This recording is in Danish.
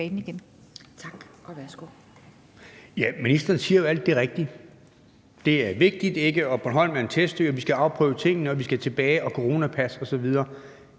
ministeren siger jo alt det rigtige: Det er vigtigt, og Bornholm er en testø, og vi skal afprøve tingene, og vi skal tilbage, og vi skal have